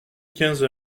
quinze